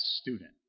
student